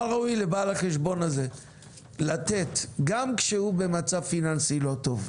מה ראוי לבעל החשבון הזה לתת גם כשהוא במצב פיננסי לא טוב,